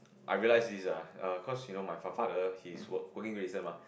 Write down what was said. I realise this ah cause you know my f~ father his work working Great Eastern mah